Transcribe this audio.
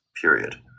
Period